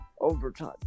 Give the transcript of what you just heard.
overtime